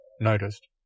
noticed